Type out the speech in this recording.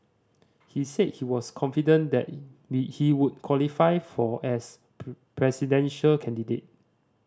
he said he was confident that he would qualify for as presidential candidate